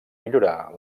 millorar